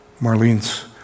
Marlene's